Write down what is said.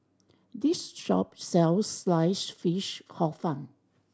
this shop sells Sliced Fish Hor Fun